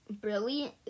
Brilliant